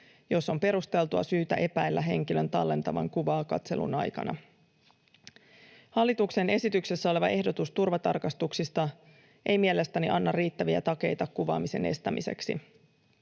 jos on perusteltua syytä epäillä henkilön tallentavan kuvaa katselun aikana. Hallituksen esityksessä oleva ehdotus turvatarkastuksista ei mielestäni anna riittäviä takeita kuvaamisen estämiseksi.